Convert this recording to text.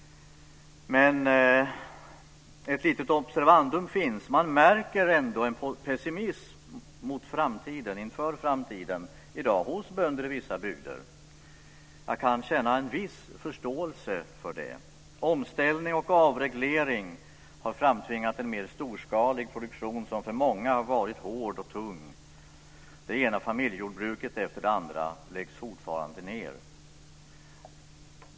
Ett litet observandum finns dock. Man märker ändå en pessimism inför framtiden i dag hos bönder i vissa bygder. Jag kan känna en viss förståelse för det. Omställning och avreglering har framtvingat en mer storskalig produktion som för många har varit hård och tung. Det ena familjejordbruket efter det andra läggs fortfarande ned.